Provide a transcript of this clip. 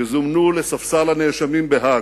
יזומנו לספסל הנאשמים בהאג.